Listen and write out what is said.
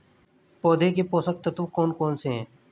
पौधों के पोषक तत्व कौन कौन से हैं?